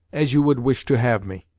as you would wish to have me.